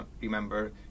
remember